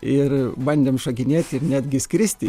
ir bandėm šokinėti ir netgi skristi